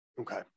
Okay